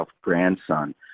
grandson